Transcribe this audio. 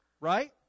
right